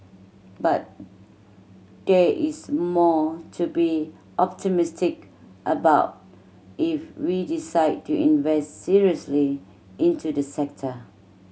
but there is more to be optimistic about if we decide to invest seriously into this sector